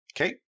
Okay